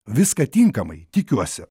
viską tinkamai tikiuosi